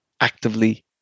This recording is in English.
actively